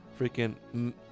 freaking